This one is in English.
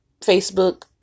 Facebook